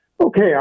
Okay